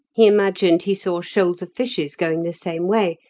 he imagined he saw shoals of fishes going the same way,